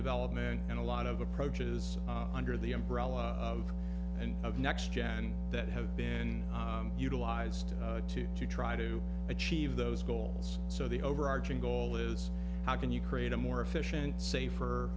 development and a lot of approaches under the umbrella of end of next gen that have been utilized to try to achieve those goals so the overarching goal is how can you create a more efficient safer